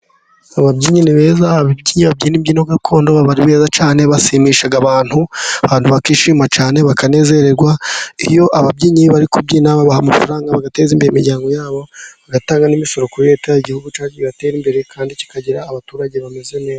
Ababyinnyi ni beza babyina imbyino gakondo baba ari beza cyane, bashimisha abantu abantu bakishima cyane bakanezererwa. Iyo ababyinnyi bari kubyina babaha amafaranga bagateza imbere imiryango yabo bagatanga n'imisoro kuri Leta, igihugu cyacu kigatera imbere kandi kikagira abaturage bameze neza.